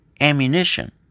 ammunition